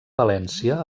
valència